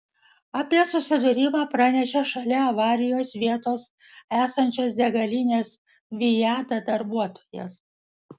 apie susidūrimą pranešė šalia avarijos vietos esančios degalinės viada darbuotojas